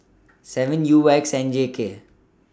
seven U X N J K